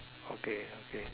okay okay